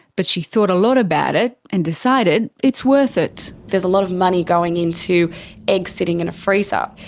but she thought a lot about it, and decided it's worth it. there's a lot of money going into eggs sitting in a freezer.